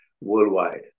worldwide